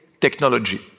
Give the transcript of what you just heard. technology